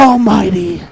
Almighty